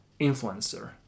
influencer